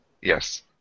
Yes